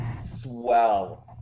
Swell